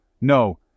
No